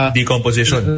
decomposition